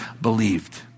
believed